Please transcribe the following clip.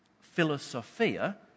philosophia